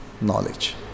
knowledge